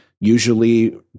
Usually